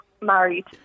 married